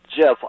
jeff